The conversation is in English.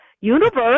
universe